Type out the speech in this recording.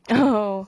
oh